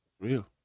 Real